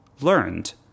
learned